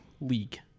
League